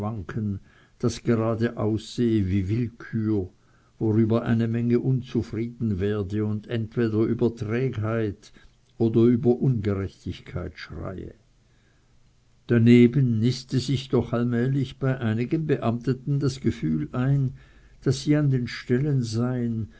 das gerade aussehe wie willkür worüber eine menge unzufrieden werde und entweder über trägheit oder ungerechtigkeit schreie daneben niste sich doch allmählich bei einigen beamteten das gefühl ein daß sie an den stellen seien